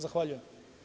Zahvaljujem.